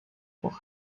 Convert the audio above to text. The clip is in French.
pour